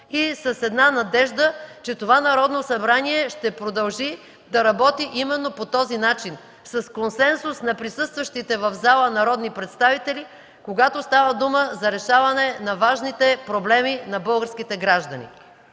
и с надежда, че това Народно събрание ще продължи да работи именно по този начин – с консенсус на присъстващите в залата народни представители, когато става дума за решаване на важните проблеми на българските граждани.